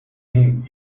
him